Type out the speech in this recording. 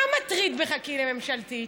מה מטריד ב"חכי לממשלתית"?